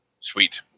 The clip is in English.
Sweet